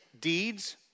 deeds